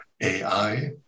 AI